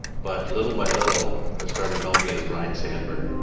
but, little by little, they're starting to know me as ryne sandberg.